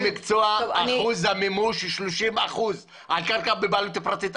מקצוע אחוז המימוש 30% על קרקע בבעלות פרטית.